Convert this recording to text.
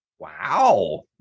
Wow